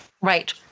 right